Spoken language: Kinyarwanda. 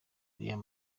real